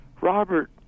Robert